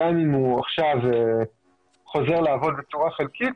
גם אם הוא עכשיו חוזר לעבוד בצורה חלקית,